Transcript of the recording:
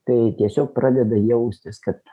tai tiesiog pradeda jaustis kad